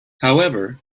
however